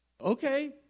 Okay